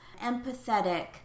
empathetic